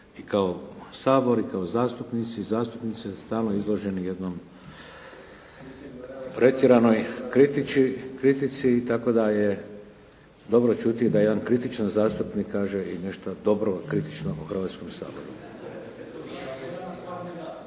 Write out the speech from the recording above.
i kao Sabor i kao zastupnici i zastupnice, stalno izloženi jednom pretjeranoj kritici tako da je dobro čuti da jedan kritičan zastupnik kaže i nešto dobro kritično o Hrvatskom saboru.